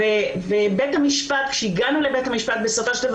עו"ד ליאנה מגד בלומנפלד, בבקשה.